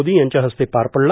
मोदी यांच्या हस्ते पार पडला